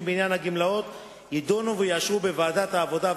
בעניין הגמלאות יידונו ויאושרו בוועדת העבודה,